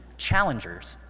challengers.